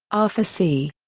arthur c.